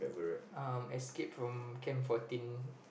uh escape from Camp Fourteen